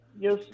Yes